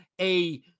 a-